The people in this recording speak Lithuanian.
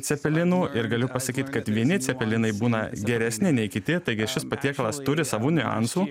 cepelinų ir galiu pasakyt kad vieni cepelinai būna geresni nei kiti taigi šis patiekalas turi savų niuansų